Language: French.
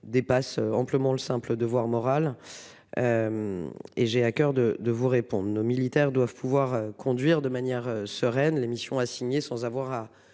dépasse amplement le simple devoir moral. Et j'ai à coeur de de vous répondent nos militaires doivent pouvoir conduire de manière sereine. Les missions assignées sans avoir à